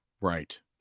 Right